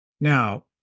Now